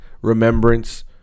remembrance